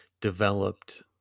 developed